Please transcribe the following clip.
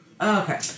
Okay